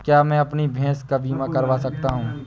क्या मैं अपनी भैंस का बीमा करवा सकता हूँ?